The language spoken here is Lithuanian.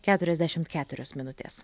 keturiasdešimt keturios minutės